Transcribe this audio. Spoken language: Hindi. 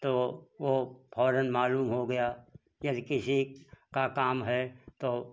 तो वो फ़ौरन मालूम हो गया यदि किसी का काम है तो